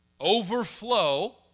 overflow